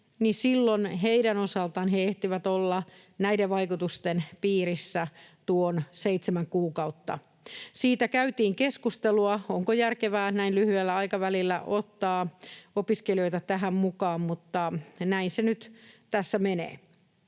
silloin heidän osaltaan he ehtivät olla näiden vaikutusten piirissä tuon seitsemän kuukautta. Siitä käytiin keskustelua, onko järkevää näin lyhyellä aikavälillä ottaa opiskelijoita tähän mukaan, mutta näin se nyt tässä menee.